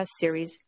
series